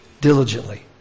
Diligently